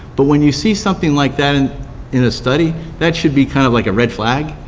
but when you see something like that and in a study, that should be kind of like a red flag.